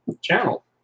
channel